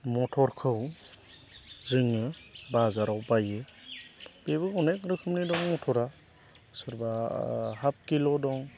मटरखौ जोङो बाजाराव बायो बेबो अनेक रोखोमनि दं मटरा सोरबा हाफ किल' दं